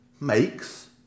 makes